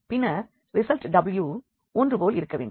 பின்னர் result w ஒன்றுபோல் இருக்கவேண்டும்